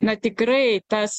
na tikrai tas